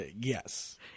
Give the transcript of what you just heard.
yes